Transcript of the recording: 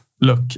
look